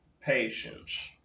patience